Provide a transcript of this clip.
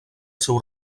seu